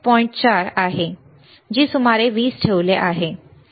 4 आहे मी सुमारे 20 ठेवले आहे बरोबर